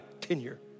tenure